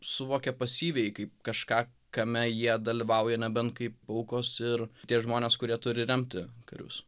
suvokia pasyviai kaip kažką kame jie dalyvauja nebent kaip aukos ir tie žmonės kurie turi remti karius